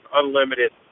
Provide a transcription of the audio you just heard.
unlimited